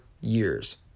Years